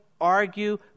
argue